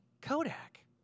Kodak